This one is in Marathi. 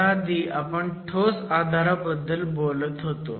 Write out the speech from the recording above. ह्याआधी आपण ठोस आधाराबद्दल बोलत होतो